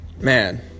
man